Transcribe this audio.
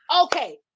Okay